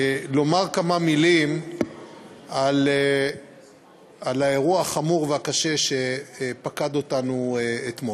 לומר כמה מילים על האירוע החמור והקשה שפקד אותנו אתמול.